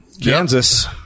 Kansas